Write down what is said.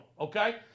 okay